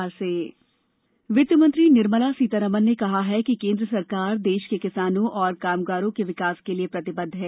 budget Nirmala वित्त मंत्री निर्मला सीतारामन ने कहा है कि केन्द्र सरकार देश के किसानों और कामगारों के विकास के लिए प्रतिबद्ध है